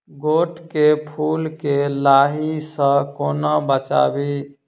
गोट केँ फुल केँ लाही सऽ कोना बचाबी?